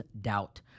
doubt